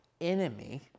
enemy